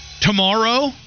Tomorrow